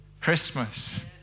Christmas